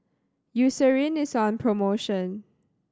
Eucerin is on promotion